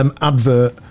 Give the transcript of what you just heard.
advert